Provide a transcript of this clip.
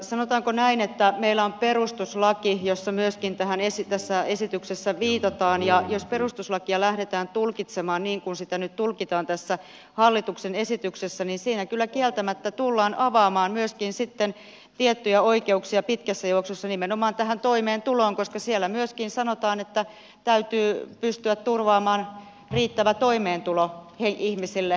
sanotaanko näin että meillä on perustuslaki johon myöskin tässä esityksessä viitataan ja jos perustuslakia lähdetään tulkitsemaan niin kuin sitä nyt tulkitaan tässä hallituksen esityksessä niin siihen kyllä kieltämättä tullaan avaamaan myöskin sitten tiettyjä oikeuksia pitkässä juoksussa nimenomaan tähän toimeentuloon koska siellä myöskin sanotaan että täytyy pystyä turvaamaan riittävä toimeentulo ihmisille